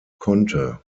konnte